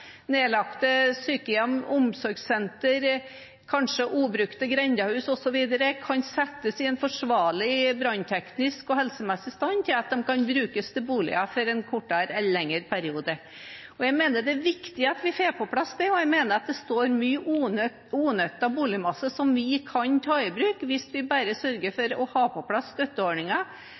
nedlagte sykehjem, omsorgssenter, kanskje ubrukte grendehus osv. kan settes i forsvarlig brannteknisk og helsemessig stand, slik at de kan brukes til boliger for en kortere eller lengre periode. Jeg mener at det er viktig at vi får på plass dette, og jeg mener at det står mye unyttet boligmasse som vi kan ta i bruk, hvis vi bare sørger